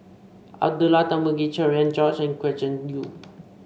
Abdullah Tarmugi Cherian George Gretchen Liu